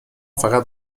فقط